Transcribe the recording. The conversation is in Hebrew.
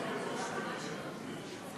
שלוש דקות.